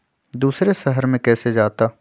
दूसरे शहर मे कैसे जाता?